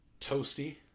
toasty